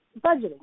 budgeting